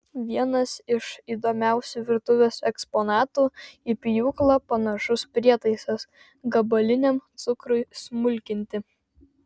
vienas iš įdomiausių virtuvės eksponatų į pjūklą panašus prietaisas gabaliniam cukrui smulkinti